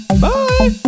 Bye